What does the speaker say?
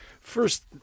First